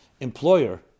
employer